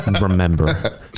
remember